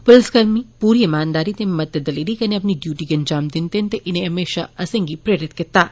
पुलसकर्मी पूरी इमानदारी ते हिम्मत ते दलेरी कन्नै अपनी इयूटी गी अंजाम दिन्दे न ते इनें हमेशा असेंगी प्रेरित कीता ऐ